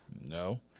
No